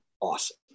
Awesome